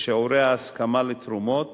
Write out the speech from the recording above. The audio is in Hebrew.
בשיעורי ההסכמה לתרומות